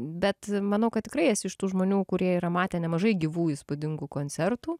bet manau kad tikrai esi iš tų žmonių kurie yra matę nemažai gyvų įspūdingų koncertų